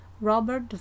Robert